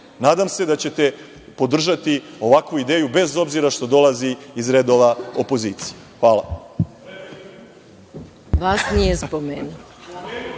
Nadam se da ćete podržati ovakvu ideju bez obzira što dolazi iz redova opozicije.(Zoran Živković, s mesta: